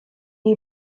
you